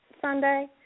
Sunday